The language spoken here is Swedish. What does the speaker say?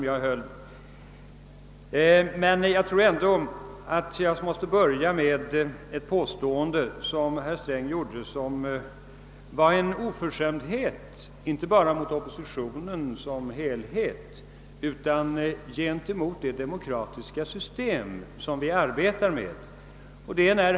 Jag känner mig föranlåten att börja med ett påstående av herr Sträng som innebar en oförskämdhet inte bara mot oppositionen som helhet utan även mot det demokratiska system som vi arbetar under.